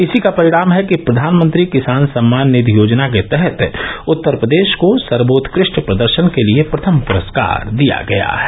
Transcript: इसी का परिणाम है कि प्रधानमंत्री किसान सम्मान निधि योजना के तहत उत्तर प्रदेश को सर्वोत्कृष्ट प्रदर्शन के लिये प्रथम पुरस्कार दिया गया है